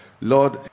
Lord